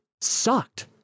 sucked